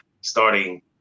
starting